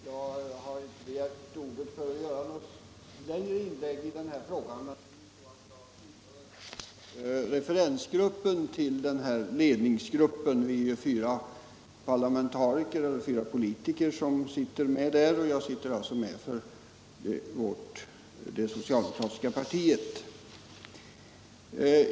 Herr talman! Jag har inte begärt ordet för att göra något längre inlägg i den här frågan, men jag tillhör referensgruppen till den ledningsgrupp det här gäller. Vi är fyra politiker där, och jag sitter alltså med för det socialdemokratiska partiet.